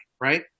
Right